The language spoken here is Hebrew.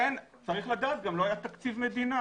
צריך לראות מהי ברירת המחדל אם לא מאשרים.